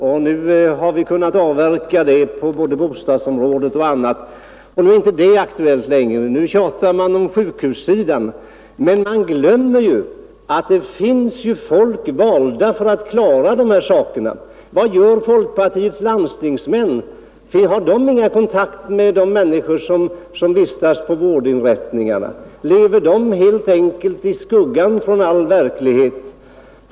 Det har vi avverkat på bostadsområdet och andra områden. Nu är inte det aktuellt längre, utan nu tjatar man om sjukvården. Men man glömmer att det finns politiker som är valda just för att sköta dessa saker. Vad gör folkpartiets landstingsmän? Har de inga kontakter med de människor som vistas på vårdinrättningarna? Lever dessa landstingsmän helt enkelt avskilda från all verklighet?